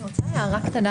אני רוצה לחדד: